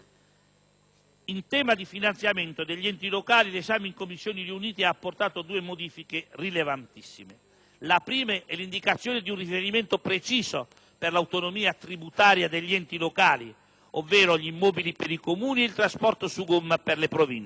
In tema di finanziamento degli enti locali l'esame in Commissioni riunite ha apportato due modifiche rilevantissime: la prima è l'indicazione di un riferimento preciso per l'autonomia tributaria degli enti locali, ovvero gli immobili per i Comuni e il trasporto su gomma per le Province